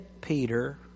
Peter